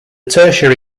tertiary